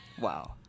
Wow